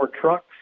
trucks